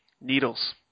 Needles